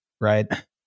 Right